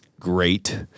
Great